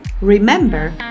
remember